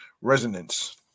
resonance